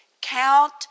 count